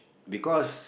because